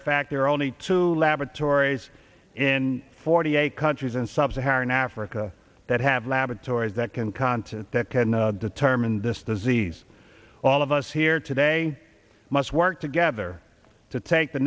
of fact there are only two laboratories in forty eight countries in sub saharan africa that have laboratories that can continent that can determine this disease all of us here today must work together to take the